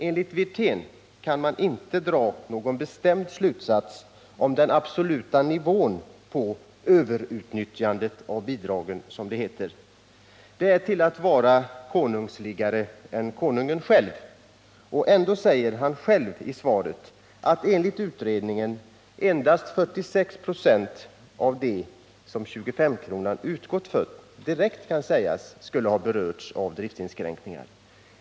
Enligt Rolf Wirtén kan man inte dra någon bestämd slutsats om den absoluta nivån på ”överutnyttjandet av bidragen”, som det heter. Det är till att vara konungsligare än konungen själv! Och ändå säger Rolf Wirtén själv i svaret att enligt utredningen endast 46 96 av dem som 2S5-kronan utgått för direkt skulle ha berörts av driftinskränkningar.